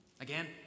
Again